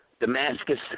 Damascus